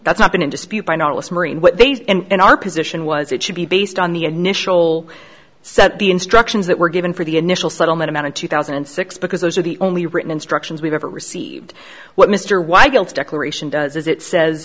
that's not been in dispute by novelist marine what they say and our position was it should be based on the initial set the instructions that were given for the initial settlement amount in two thousand and six because those are the only written instructions we've ever received what mr weigel declaration does is it says